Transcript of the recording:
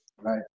right